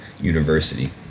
University